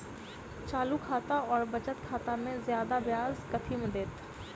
चालू खाता आओर बचत खातामे जियादा ब्याज कथी मे दैत?